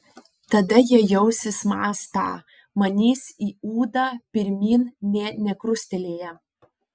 tada jie jausis mąstą manys į ūdą pirmyn nė nekrustelėję